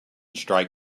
strike